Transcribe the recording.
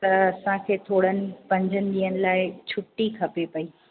त असांखे थोरनि पंजनि ॾींहंनि लाइ छुटी खपे पई